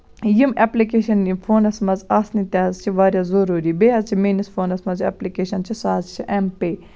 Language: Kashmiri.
یِم ایٚپلِکیشن یِم فونَس منٛز آسنہٕ تہِ حظ چھُ واریاہ ضروٗری بیٚیہِ حظ چھِ میٲنِس فونَس منٛز ایٚپلِکِشین چھِ سُہ حظ چھِ ایٚم پَے